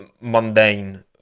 mundane